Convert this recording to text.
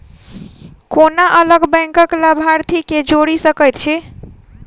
कोना अलग बैंकक लाभार्थी केँ जोड़ी सकैत छी?